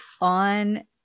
on